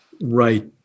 Right